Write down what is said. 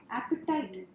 appetite